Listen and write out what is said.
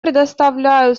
предоставляю